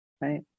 right